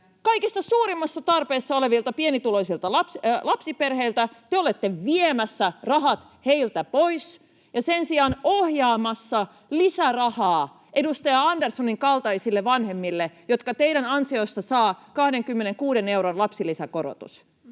kaikista suurimmassa tarpeessa olevilta pienituloisilta lapsiperheiltä. Te olette viemässä rahat heiltä pois ja sen sijaan ohjaamassa lisärahaa edustaja Anderssonin kaltaisille vanhemmille, jotka teidän ansiostanne saavat 26 euron lapsilisäkorotuksen.